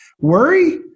Worry